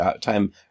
time